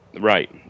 right